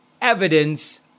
evidence